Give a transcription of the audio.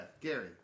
Gary